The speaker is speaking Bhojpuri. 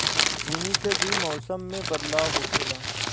बुनी से भी मौसम मे बदलाव होखेले